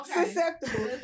Susceptible